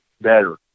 better